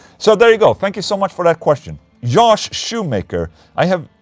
so, there you go. thank you so much for that question. josh shoemaker i have.